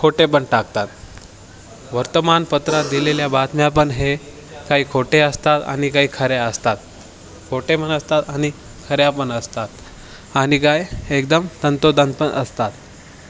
खोटेपण टाकतात वर्तमानपत्र दिलेल्या बातम्यापण हे काही खोटे असतात आणि काही खऱ्या असतात खोटेपण असतात आणि खऱ्यापण असतात आणि काय एकदम तंतोतंतपण असतात